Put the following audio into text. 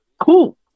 cool